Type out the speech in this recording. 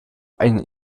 einen